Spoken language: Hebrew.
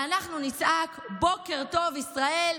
ואנחנו נצעק: בוקר טוב ישראל,